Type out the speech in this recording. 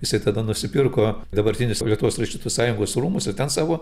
jisai tada nusipirko dabartinius lietuvos rašytojų sąjungos rūmus ir ten savo